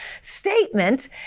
statement